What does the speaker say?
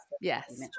Yes